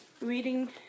reading